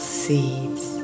seeds